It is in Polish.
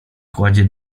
kładzie